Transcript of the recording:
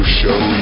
show